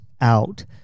out